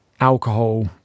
alcohol